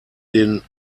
den